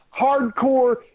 hardcore